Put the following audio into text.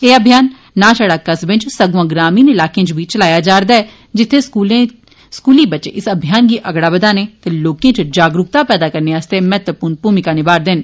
ए अभियान ना छड़ा कस्बे च सगुआ ग्रामीण इलाकें च बी चलाया जा रदा ऐ जित्थे स्कूली बच्चें इस अभियान गी अगड़ा बदाने ते लोकें च जागरुकात पैदा करने आस्तै महत्वपूर्ण भूमिका निभा रदे न